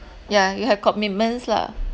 yeah you have commitments lah